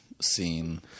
scene